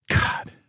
God